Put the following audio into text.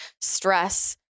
stress